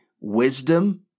wisdom